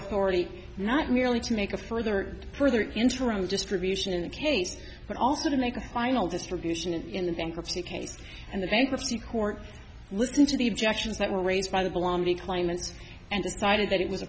authority not merely to make a further and further interim distribution in the case but also to make a final distribution in the bankruptcy case and the bankruptcy court looked into the objections that were raised by the bologna claimants and decided that it was